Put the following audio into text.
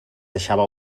deixava